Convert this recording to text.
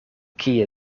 kie